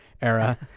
era